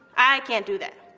i can't do that.